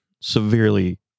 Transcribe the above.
severely